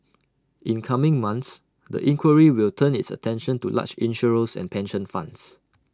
in coming months the inquiry will turn its attention to large insurers and pension funds